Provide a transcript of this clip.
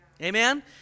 amen